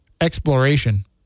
exploration